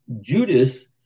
Judas